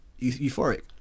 euphoric